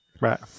Right